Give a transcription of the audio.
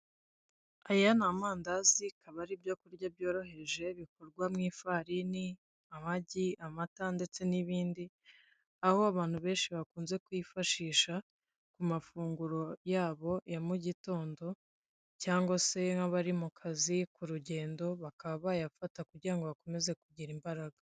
Aya ni amandazi akaba ari ibyo kurya byoroheje bikorwa mu ifarini, amagi, amata ndetse nibindi aho abantu benshi bakunze kuyifashisha ku mafunguro yabo ya mugitondo cyangwa se nkabari mu kazi kurugendo bakaba bayafata kugirango bakomeze kugira imbaraga.